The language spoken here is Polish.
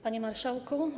Panie Marszałku!